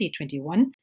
2021